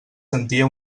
sentia